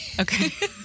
Okay